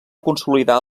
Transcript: consolidar